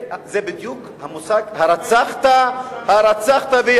זה בדיוק המושג: הרצחת וירשת.